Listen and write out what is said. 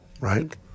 right